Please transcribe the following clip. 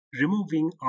Removing